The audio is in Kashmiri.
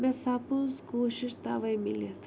مےٚ سَپٕز کوٗشِش تَوَے مِلِتھ